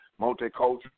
multicultural